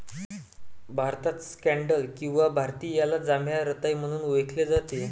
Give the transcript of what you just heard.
भारतात स्कँडल किंवा भारतीयाला जांभळ्या रताळी म्हणून ओळखले जाते